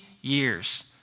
years